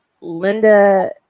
Linda